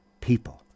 people